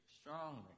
strongly